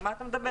על מה אתה מדבר?